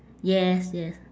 yes yes